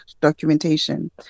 documentation